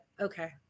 Okay